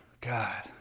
God